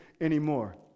anymore